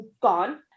gone